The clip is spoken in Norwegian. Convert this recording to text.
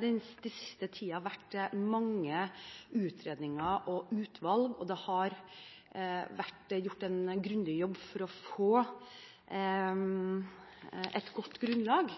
den siste tiden vært mange utredninger og utvalg. Det har vært gjort en grundig jobb for å få et godt grunnlag